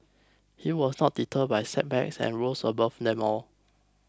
he was not deterred by setbacks and rose above them all